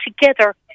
together